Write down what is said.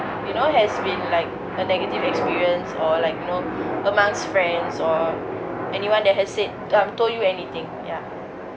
you know has been like a negative experience or like you know amongst friends or anyone that has said um told you anything ya